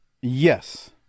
Yes